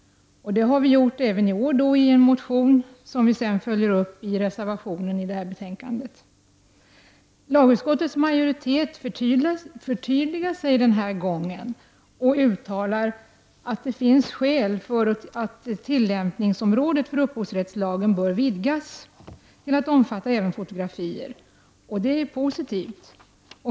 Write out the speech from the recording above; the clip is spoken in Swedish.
Detta gör vi även i år i en motion som vi följer upp i en reservation till betänkandet. Lagutskottets majoritet förtydligar sig denna gång och uttalar att det finns skäl för att tillämpningsområdet för upphovsrättslagen vidgas till att omfatta även fotografier. Det är positivt.